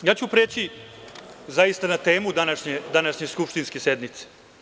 Preći ću zaista na temu današnje skupštinske sednice.